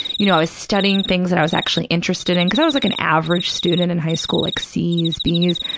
you know, i was studying things that i was actually interested in, because i was like an average student in high school, like c's, b's,